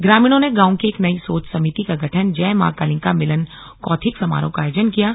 ग्रामीणों ने गांव की एक नई सोच समिति का गठन जय मां कालिंका मिलन कौथिग समारोह का आयोजन किया है